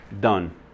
done